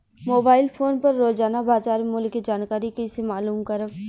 Mobile phone पर रोजाना बाजार मूल्य के जानकारी कइसे मालूम करब?